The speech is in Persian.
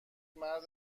مرد